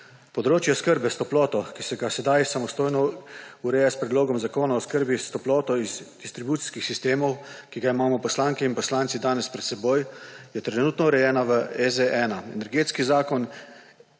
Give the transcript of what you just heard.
Področje oskrbe s toploto, ki ga sedaj samostojno ureja s Predlogom zakona o oskrbi s toploto iz distribucijskih sistemov, ki ga imamo poslanke in poslanci danes pred seboj, je trenutno urejena v EZ-1. Energetski zakon,